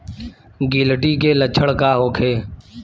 गिलटी के लक्षण का होखे?